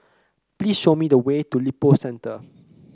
please show me the way to Lippo Centre